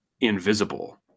invisible